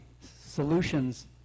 solutions